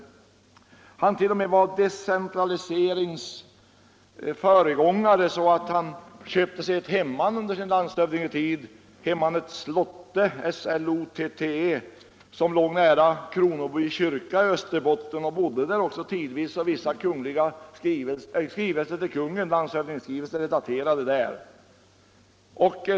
Han var t.o.m., decentraliseringsföregångare och köpte under sin landshövdingtid ett hemman — Slotte — som låg nära Kronoby kyrka i Österbotten. Han bodde där också tidvis, och vissa landshövdingsskrivelser till kungen är daterade där.